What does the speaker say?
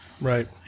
Right